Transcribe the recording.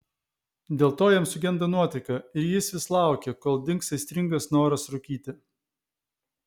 dėl to jam sugenda nuotaika ir jis vis laukia kol dings aistringas noras rūkyti